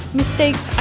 mistakes